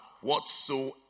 whatsoever